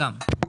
תודה.